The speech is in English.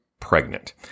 pregnant